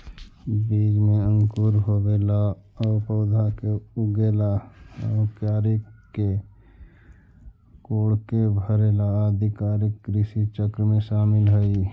बीज में अंकुर होवेला आउ पौधा के उगेला आउ क्यारी के कोड़के भरेला आदि कार्य कृषिचक्र में शामिल हइ